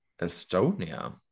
Estonia